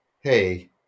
hey